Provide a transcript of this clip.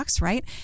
Right